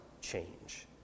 change